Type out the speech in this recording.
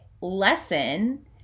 lesson